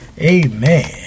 Amen